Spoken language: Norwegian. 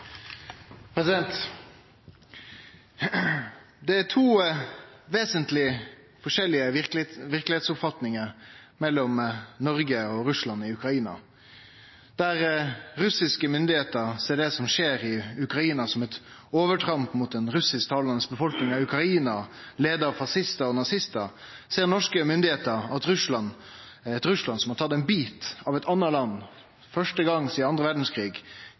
Det er to vesentleg forskjellige verkelegheitsoppfatningar mellom Noreg og Russland når det gjeld konflikten i Ukraina. Der russiske myndigheiter ser det som skjer i Ukraina, som eit overtramp mot den russisktalande befolkninga i Ukraina, leia av fascistar og nazistar, ser norske myndigheiter eit Russland som har tatt ein bit av eit anna land – for første gongen sidan den andre